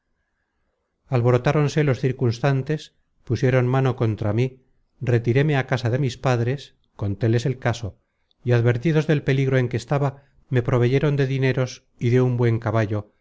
heridas alborotáronse los circunstantes pusieron mano contra mí retiréme á casa de mis padres contéles el caso y advertidos del peligro en que estaba me proveyeron de dineros y de un buen caballo